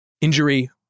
Injury